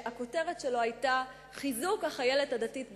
שהכותרת שלו היתה "חיזוק החיילת הדתית בצה"ל"